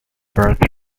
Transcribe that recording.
birth